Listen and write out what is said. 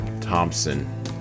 Thompson